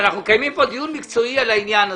מקיימים כאן דיון מקצועי על העניין הזה.